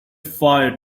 fire